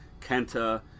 Kenta